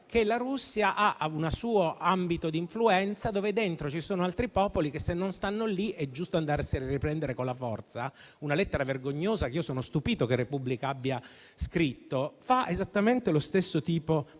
che la Russia ha un suo ambito di influenza dove dentro ci sono altri popoli, che se non stanno lì è giusto andare a riprendere con la forza (una lettera vergognosa e mi lascia stupito il fatto che «la Repubblica» l'abbia pubblicata), fa esattamente lo stesso tipo di